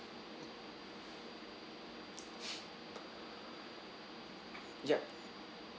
ya